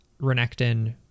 Renekton